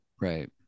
Right